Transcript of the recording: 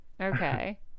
Okay